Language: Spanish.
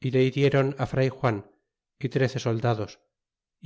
y le hiriéron á fray juan y trece soldados